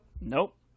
nope